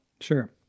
sure